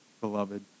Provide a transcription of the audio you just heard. beloved